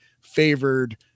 favored